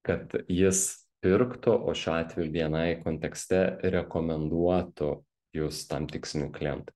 kad jis pirktų o šiuo atveju bni kontekste rekomenduotų jus tam tiksliui klientui